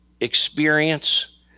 experience